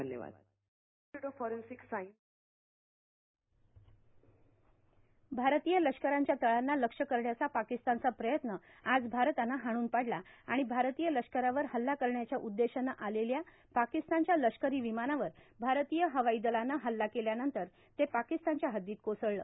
धन्यवाद भारतीय लष्करांच्या तळांना लक्ष्य करण्याचा पाकिस्तानचा प्रयत्न आज भारतानं हाणून पाडला आणि भारतीय लष्करावर हल्ला करण्याच्या उद्देशानं आलेल्या पाकिस्तानच्या लष्करी विमानावर भारतीय हवाई दलानं हल्ला केल्यानंतर ते पाकिस्तानच्या हद्दीत कोसळलं